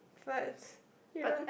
but you don't